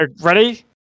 Ready